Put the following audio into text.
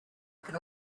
can